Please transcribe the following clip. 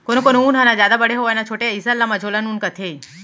कोनो कोनो ऊन ह न जादा बड़े होवय न छोटे अइसन ल मझोलन ऊन कथें